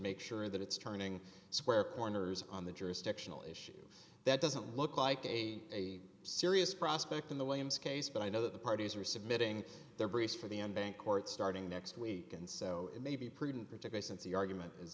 make sure that it's turning square corners on the jurisdictional issue that doesn't look like a serious prospect in the williams case but i know that the parties are submitting their briefs for the end bank or it starting next week and so it may be prudent particular since the argument is